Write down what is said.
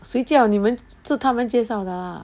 谁叫你们是他们介绍的 lah